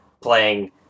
playing